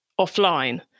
offline